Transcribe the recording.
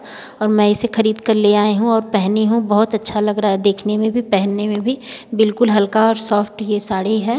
और मैं इसे खरीद कर ले आई हूँ और पहनी हूँ बहुत अच्छा लग रहा है देखने में भी पहनने में भी बिलकुल हल्का और सॉफ्ट यह साड़ी है